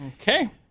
Okay